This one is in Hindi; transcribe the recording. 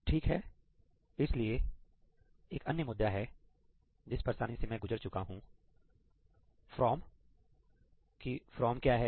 ठीक है इसलिए एक अन्य मुद्दा है जिस परेशानी से मैं गुजर चुका हूं फ्रॉम'from' की फ्रॉम क्या है